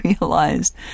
realized